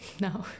No